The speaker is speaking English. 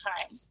time